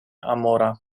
amora